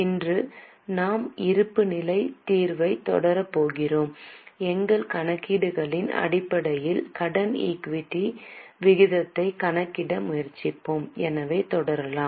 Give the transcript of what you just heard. இன்று நாம் இருப்புநிலைத் தீர்வைத் தொடரப் போகிறோம் எங்கள் கணக்கீடுகளின் அடிப்படையில் கடன் ஈக்விட்டி விகிதத்தை கணக்கிட முயற்சிப்போம் எனவே தொடரலாம்